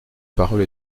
parole